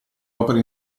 opera